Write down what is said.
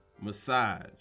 massage